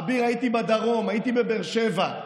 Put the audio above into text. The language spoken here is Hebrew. אביר, הייתי בדרום, הייתי בבאר שבע.